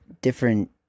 different